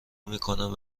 میکنن